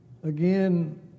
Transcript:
Again